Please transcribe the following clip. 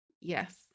Yes